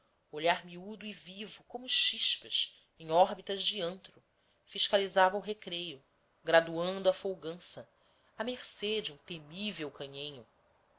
olhar miado e vivo como chispas em órbitas de antro fiscalizava o recreio graduando a folgança à mercê de um temível canhenho